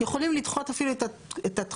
יכולים לדחות אפילו את התחולה,